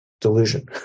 delusion